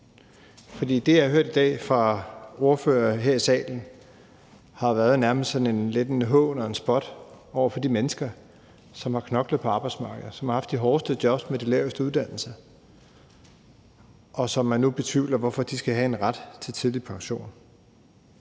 Det, jeg har hørt her i dag fra nogle ordførere, har nærmest lidt været hån og spot over for de mennesker, som har knoklet på arbejdsmarkedet, og som har haft de hårdeste jobs med de laveste uddannelser. Dem betvivler man nu skal have en ret til tidlig pension.